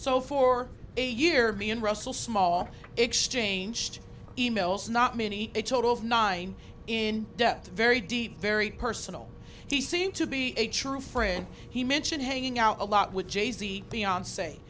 so for a year me and russell small exchanged emails not many a total of nine in depth very deep very personal he seemed to be a true friend he mentioned hanging out a lot with jay z